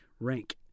rank